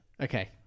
Okay